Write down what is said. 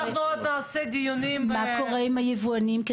אנחנו עוד נעשה דיונים --- ומה קורה עם היבואנים,